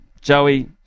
joey